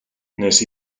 wnes